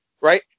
right